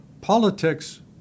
Politics